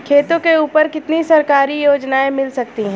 खेतों के ऊपर कितनी सरकारी योजनाएं मिल सकती हैं?